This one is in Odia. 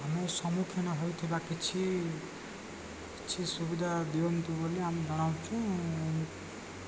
ଆମ ସମ୍ମୁଖୀନ ହୋଇଥିବା କିଛି କିଛି ସୁବିଧା ଦିଅନ୍ତୁ ବୋଲି ଆମେ ଜଣାଉଛୁ